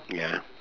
ya